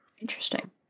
Interesting